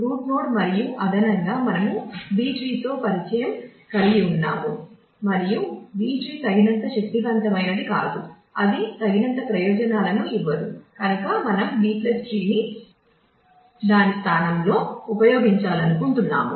route node మరియు అదనంగా మనము B ట్రీ తో పరిచయం కలిగి ఉన్నాము మరియు B ట్రీ తగినంత శక్తివంతమైనది కాదు అది తగినంత ప్రయోజనాలను ఇవ్వదు కనుక మనం B ట్రీని దాని స్థానంలో ఉపయోగించాలనుకుంటున్నాము